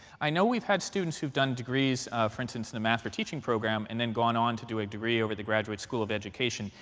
i know we've had students who've done degrees, for instance, in the math or teaching program and then gone on to do a degree over the graduate school of education.